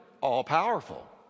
all-powerful